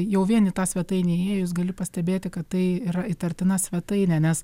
jau vien į tą svetainę įėjus gali pastebėti kad tai yra įtartina svetainė nes